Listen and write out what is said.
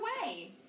away